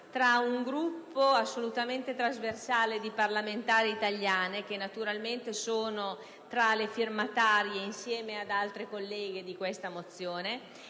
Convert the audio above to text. tra un gruppo assolutamente trasversale di parlamentari italiane, che naturalmente sono tra le firmatarie della mozione insieme ad altre colleghe, e l'Osservatorio